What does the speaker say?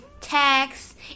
text